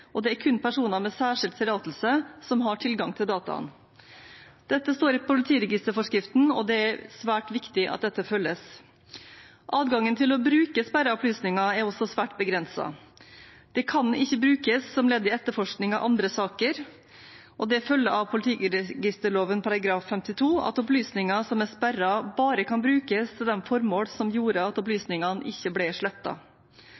og det er kun personer med særskilt tillatelse som har tilgang til dataene. Dette står i politiregisterforskriften, og det er svært viktig at det følges. Adgangen til å bruke sperrede opplysninger er også svært begrenset. De kan ikke brukes som ledd i etterforskning av andre saker, og det følger av politiregisterloven § 52 at opplysninger som er sperret, bare kan brukes til de formål som gjorde at